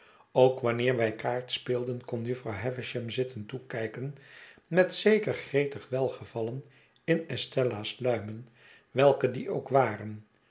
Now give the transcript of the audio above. ook wanneer wij kaartspeelden kon jufvrouw havisham zitten toekijken met zeker gretig welgevallen in estella's luimen welke die ook waren